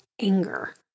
anger